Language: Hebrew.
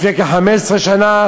לפני כ-15 שנה,